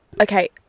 Okay